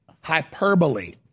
hyperbole